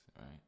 Right